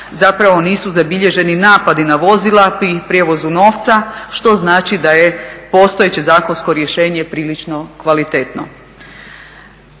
zapravo nisu zabilježeni napadi na vozila pri prijevozu novca što znači da je postojeće zakonsko rješenje prilično kvalitetno.